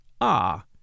Ah